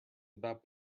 about